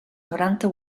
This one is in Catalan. noranta